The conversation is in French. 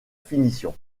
finition